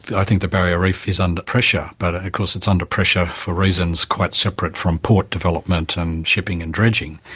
i think the barrier reef is under pressure but of course it's under pressure for reasons quite separate from port development and shipping and dredging,